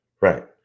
Right